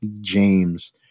James